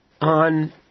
on